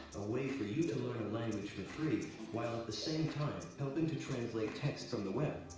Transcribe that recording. a way for you to learn a language for free while, at the same time, helping to translate text on the web,